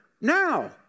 now